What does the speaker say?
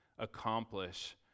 accomplish